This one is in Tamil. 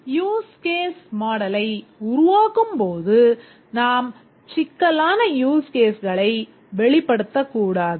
யூஸ் கேஸ் மாடலை உருவாகும்போது நாம் சிக்கலான யூஸ் கேஸ்களை வெளிப்படுத்தக் கூடாது